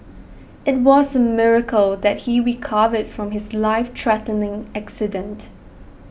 it was a miracle that he recovered from his life threatening accident